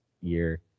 year